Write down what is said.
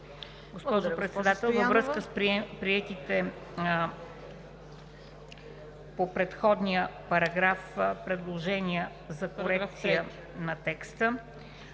Госпожо Председател, във връзка с приетите по предходния параграф предложения за корекция на текста